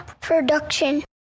Production